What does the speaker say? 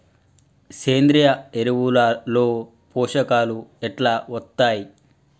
సేంద్రీయ ఎరువుల లో పోషకాలు ఎట్లా వత్తయ్?